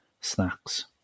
snacks